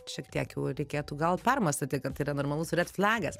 šiek tiek jau reikėtų gal permąstyti kad tai yra normalus redflegas